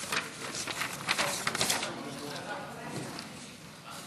(תיקון מס' 2) (הארכת מועד להגשת בקשה להחזרת עודף שכר